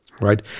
right